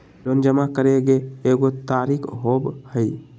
Loan जमा करेंगे एगो तारीक होबहई?